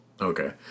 Okay